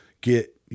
get